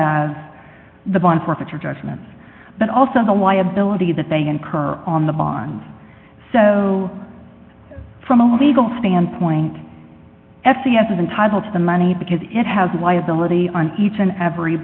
as the bond forfeiture judgments but also the liability that they incur on the bond so from a legal standpoint f c s of entitled to the money because it has liability on each and every